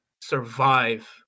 survive